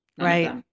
Right